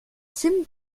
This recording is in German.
sim